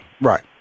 right